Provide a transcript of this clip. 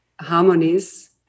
harmonies